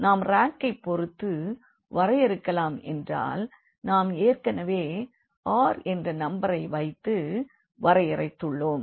நாம் ரேங்கைப்பொறுத்து வரையறுக்கலாம் ஏனென்றால் நாம் ஏற்கெனவே r என்ற நம்பரை வைத்து வரையறுத்துள்ளோம்